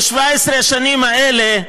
ב-17 השנים האלה,